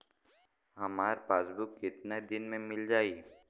हमार पासबुक कितना दिन में मील जाई?